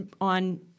on